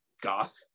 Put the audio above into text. goth